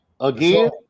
again